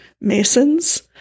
masons